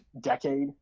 decade